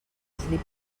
eslip